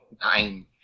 Nine